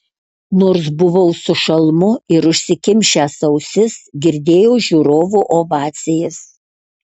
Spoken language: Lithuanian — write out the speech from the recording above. nors buvau su šalmu ir užsikimšęs ausis girdėjau žiūrovų ovacijas